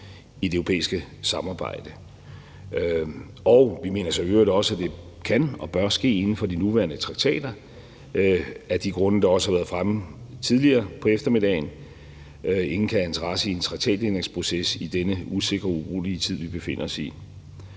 i det europæiske samarbejde, og vi mener i øvrigt også, at det kan og bør ske inden for de nuværende traktater, af de grunde, der også været fremme tidligere på eftermiddagen. Ingen kan have interesse i en traktatændringsproces i denne usikre og urolige tid, vi befinder os i.